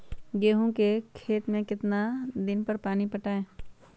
गेंहू के खेत मे कितना कितना दिन पर पानी पटाये?